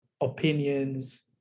opinions